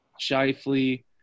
Shifley